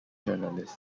journalists